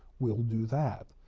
we'll do that.